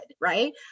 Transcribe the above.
Right